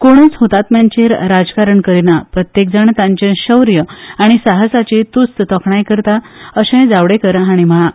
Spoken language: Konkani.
कोणूच हतात्म्यांचेर राजकारण करिना प्रत्येकजाण तांचे शौर्य आनी साहसाची तुस्त तोखणाय करता अशे जावडेकर हाणी म्हळा